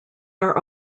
are